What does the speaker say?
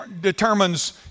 determines